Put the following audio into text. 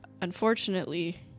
Unfortunately